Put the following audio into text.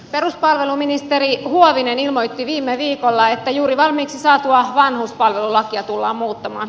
peruspalveluministeri huovinen ilmoitti viime viikolla että juuri valmiiksi saatua vanhuspalvelulakia tullaan muuttamaan